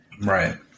Right